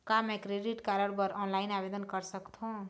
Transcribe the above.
का मैं credit card बर ऑनलाइन आवेदन कर सकथों?